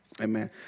Amen